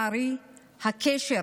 לצערי, באותן השנים הקשר